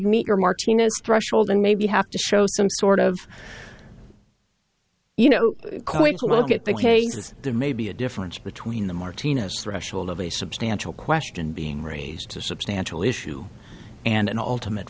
meet your martino's threshold and maybe have to show some sort of you know quite a look at the cases there may be a difference between the martina's threshold of a substantial question being raised a substantial issue and an ultimate